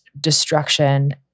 destruction